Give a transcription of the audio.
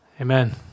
Amen